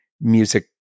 music